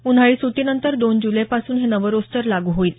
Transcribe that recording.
उन्हाळी सुट्टी नंतर दोन जुलै पासून हे नवं रोस्टर लागू होईल